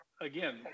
again